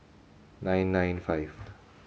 nine nine five